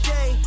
Day